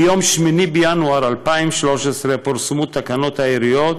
ביום 8 בינואר 2013 פורסמו תקנות העיריות